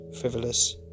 frivolous